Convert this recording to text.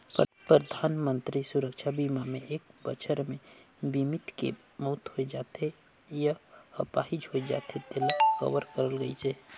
परधानमंतरी सुरक्छा बीमा मे एक बछर मे बीमित के मउत होय जाथे य आपाहिज होए जाथे तेला कवर करल गइसे